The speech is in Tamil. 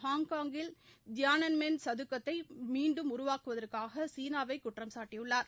ஹாங்காங்கில் தியானன்மென் சதுக்கத்தை மீண்டும் உருவாக்குவதாக சீனாவை குற்றம்சாட்டியுள்ளார்